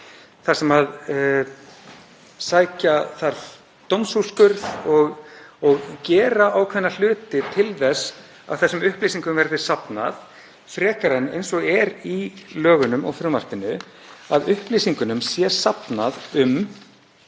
þar sem sækja þarf dómsúrskurð og gera ákveðna hluti til að þessum upplýsingum verði safnað, frekar en, eins og er í lögunum og frumvarpinu, að upplýsingum sé safnað um